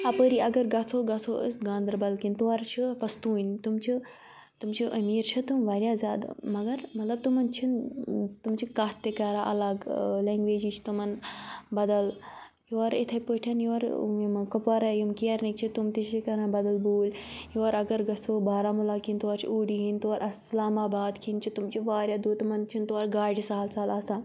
اَپٲری اگر گژھو گژھو أسۍ گاندَربَل کِنۍ تور چھِ پَستوٗنۍ تِم چھِ تِم چھِ أمیٖر چھِ تِم واریاہ زیادٕ مگر مطلب تِمَن چھِنہٕ تِم چھِ کَتھ تہِ کَران اَلَگ لینٛگویجِچ تِمَن بَدَل یور یِتھٕے پٲٹھۍ یورٕ یِمن کُپوارا یِم کیرنٕکۍ چھِ تٕم تہِ چھِ کَران بَدَل بوٗلۍ یور اَگَر گَژھو بارہمولہ کِنۍ تور چھِ اوٗڈی ہِنٛدۍ تور اَسلام آباد کھیٚنۍ چھِ تِم چھِ واریاہ دوٗر تِمَن چھِنہٕ تورٕ گاڑِ سہل سہل آسان